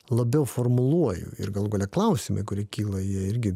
labiau formuluoju ir galų gale klausimai kurie kyla jie irgi